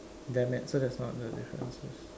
damn it so that's not the differences